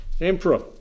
Emperor